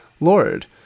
Lord